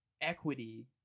equity